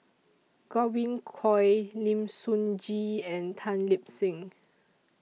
Godwin Koay Lim Sun Gee and Tan Lip Seng